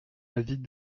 avis